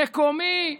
מקומי,